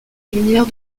lumière